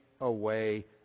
away